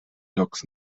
loks